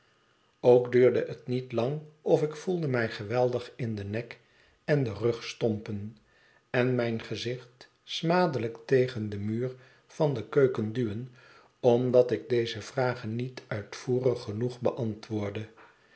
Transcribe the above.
ook duurde het niet lang of ik voelde mij geweldig in den nek en den rug stompen en mijn gezicht smadelijk tegen den muur van de keuken duwen omdatik deze vragen niet uitvoerig genoeg beantwoordde